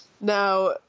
Now